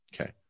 okay